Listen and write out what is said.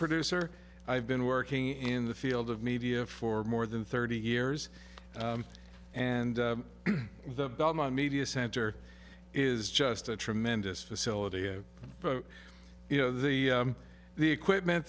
producer i've been working in the field of media for more than thirty years and the belmont media center is just a tremendous facility you know the the equipment